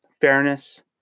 fairness